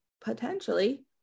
potentially